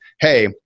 hey